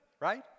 right